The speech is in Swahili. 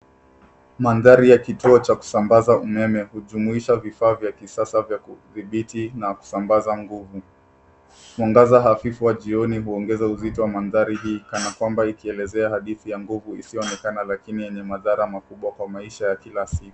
Mandari ya kituo cha kushambaza umeme hujumuisha vifaa vya kisasa vya kudhibiti na kusambaza nguvu. Mwangaza hafifu wa jioni unaongeza uzito wa mandari hii kana kwamba inaeleza hadithi ya nguvu isiyoonekana lakini yenye madhara makubwa kwa maisha ya kila siku.